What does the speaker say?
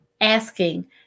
asking